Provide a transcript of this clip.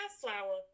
flour